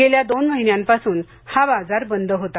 गेल्या दोन महिन्यांपासून हा बाजार बंद होता